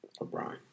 LeBron